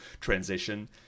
transition